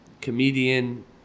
comedian